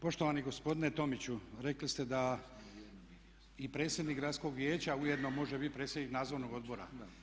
Poštovani gospodine Tomiću, rekli ste da i predsjednik Gradskog vijeća ujedno može biti predsjednik Nadzornog odbora.